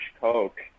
Coke